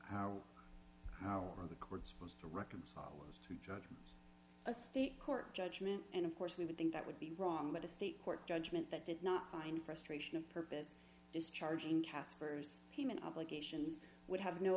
how how are the course supposed to reconcile this to judge a state court judgment and of course we would think that would be wrong but a state court judgment that did not find frustration of purpose discharging casper's human obligations would have no